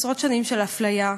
עשרות שנים של אפליה,